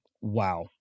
Wow